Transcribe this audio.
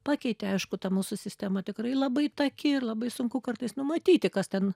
pakeitė aišku ta mūsų sistema tikrai labai taki ir labai sunku kartais numatyti kas ten